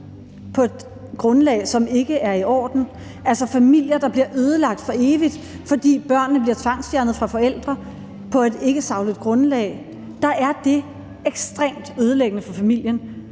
på et grundlag, som ikke er i orden, altså familier, der bliver ødelagt for evigt, fordi børnene bliver tvangsfjernet fra forældrene på et ikkesagligt grundlag. Det er ekstremt ødelæggende for familien.